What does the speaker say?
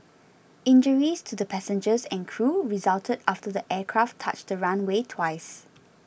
injuries to the passengers and crew resulted after the aircraft touched the runway twice